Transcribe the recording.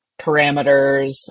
parameters